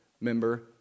member